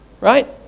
Right